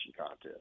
contest